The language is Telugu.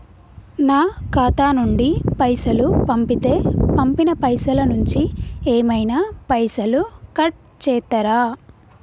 నా ఖాతా నుండి పైసలు పంపుతే పంపిన పైసల నుంచి ఏమైనా పైసలు కట్ చేత్తరా?